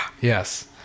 yes